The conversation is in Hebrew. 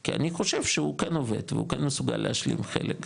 כי אני חושב שהוא כן עובד והוא כן מסוגל להשלים חלק,